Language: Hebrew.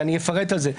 ואני אפרט על זה,